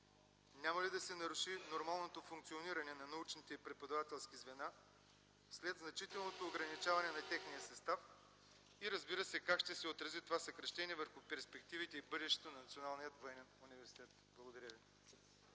Няма ли да се наруши нормалното функциониране на научните и преподавателски звена след значителното ограничаване на техния състав? И, разбира се, как ще се отрази това съкращение върху перспективите и бъдещето на Националния военен университет? Благодаря ви.